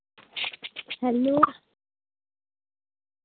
hello